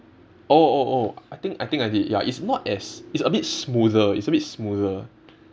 oh oh oh I think I think I did ya it's not as it's a bit smoother it's a bit smoother